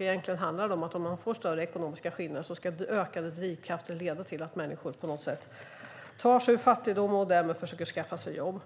Egentligen handlar det om att om de ekonomiska skillnaderna blir större ska den ökade drivkraften leda till att människor tar sig ur fattigdom och försöker skaffa sig jobb.